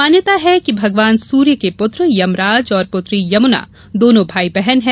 मान्यता है कि भगवान सूर्य के पूत्र यमराज और पूत्री यमूना दोनो भाई बहन है